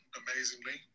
amazingly